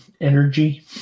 energy